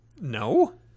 No